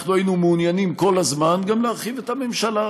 אנחנו היינו מעוניינים כל הזמן גם להרחיב את הממשלה.